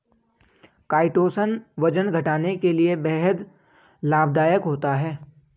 chitosan वजन घटाने के लिए बेहद लाभदायक होता है